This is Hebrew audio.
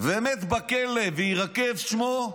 הוא מת בכלא ויירקב שמו.